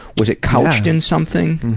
was it couched in something?